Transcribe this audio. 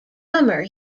drummer